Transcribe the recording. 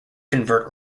convert